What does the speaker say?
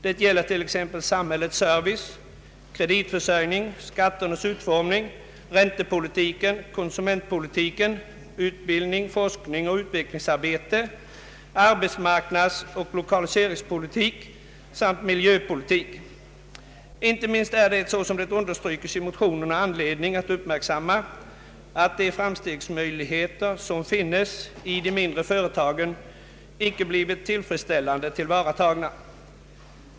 Det gäller t.ex. samhällets service, kreditförsörjningen, skatternas utformning, räntepolitiken, konsumentpolitiken, utbildning, forskning och utvecklingsarbete, arbetsmarknadsoch lokaliseringspolitik samt miljöpolitik. Inte minst är det, såsom det understryks i motionerna, anledning att uppmärksamma att de framstegsmöjligheter som finns i de mindre företagen icke blivit tillfredsställande tillvaratagna.